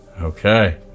Okay